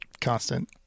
constant